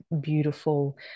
beautiful